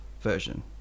version